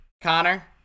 Connor